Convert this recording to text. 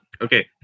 Okay